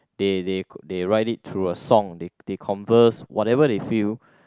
they they they write it through a song they they converse whatever they feel